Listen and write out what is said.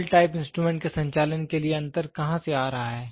नल type instrument के संचालन के लिए अंतर कहां से आ रहा है